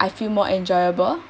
I feel more enjoyable